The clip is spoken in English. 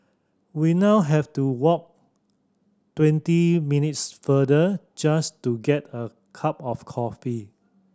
we now have to walk twenty minutes further just to get a cup of coffee